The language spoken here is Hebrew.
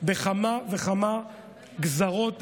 בכמה וכמה גזרות,